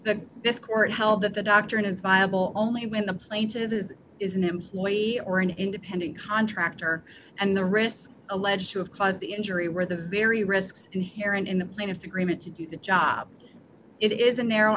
this court held that the doctrine is viable only when the plane to is an employee or an independent contractor and the risks alleged to have caused the injury were the very risks inherent in the plaintiff's agreement to do the job it is a narrow